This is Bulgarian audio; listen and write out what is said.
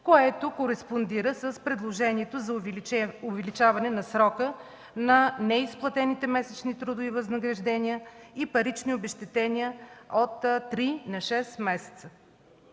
което кореспондира с предложението за увеличаване на срока на неизплатените месечни трудови възнаграждения и парични обезщетения от 3 на 6 месеца.